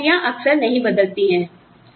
जहां नौकरियां अक्सर नहीं बदलती हैं